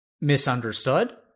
Misunderstood